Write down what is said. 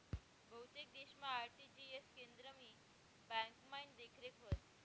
बहुतेक देशमा आर.टी.जी.एस केंद्रनी ब्यांकमाईन देखरेख व्हस